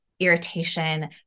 irritation